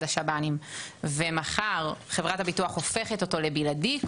השב"נים ומחר חברת הביטוח הופכת אותו לבלעדי,